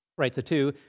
right. it's a two.